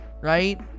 right